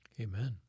Amen